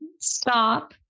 stop